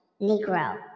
Negro